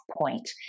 point